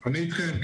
אתכם.